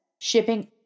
Shipping